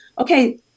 okay